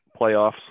playoffs